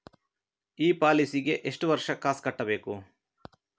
ಈ ಪಾಲಿಸಿಗೆ ಎಷ್ಟು ವರ್ಷ ಕಾಸ್ ಕಟ್ಟಬೇಕು?